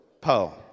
Po